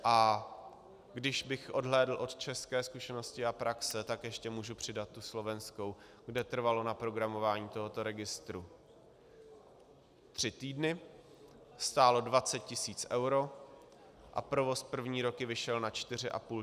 A když bych odhlédl od české zkušenosti a praxe, tak ještě můžu přidat i Slovensko, kde trvalo naprogramování tohoto registru tři týdny, stálo 20 tisíc eur a provoz první roky vyšel na 4 500 eur.